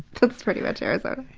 that's pretty much arizona.